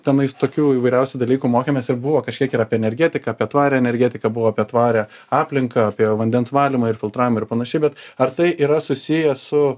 tenais tokių įvairiausių dalykų mokėmės ir buvo kažkiek ir apie energetiką apie tvarią energetiką buvo apie tvarią aplinką apie vandens valymą ir filtravimą ir panašiai bet ar tai yra susiję su